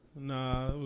Nah